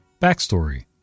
Backstory